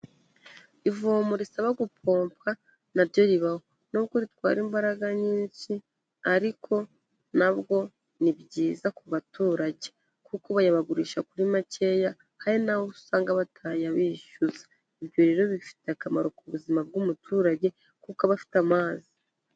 Ivomo risaba gupompwa na ryo ribaho, nubwo ritwara imbaraga nyinshi ariko nabwo ni byiza ku baturage kuko bayabagurisha kuri makeya, hari na bo usanga batayabishyuza, ibyo rero bifite akamaro ku buzima bw'umuturage kuko abafite amazi.